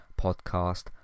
podcast